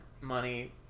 money